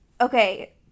okay